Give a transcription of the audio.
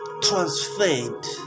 transferred